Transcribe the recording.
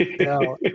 no